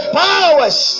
powers